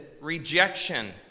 rejection